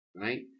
right